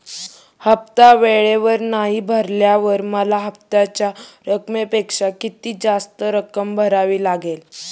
हफ्ता वेळेवर नाही भरल्यावर मला हप्त्याच्या रकमेपेक्षा किती जास्त रक्कम भरावी लागेल?